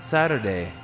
Saturday